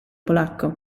polacco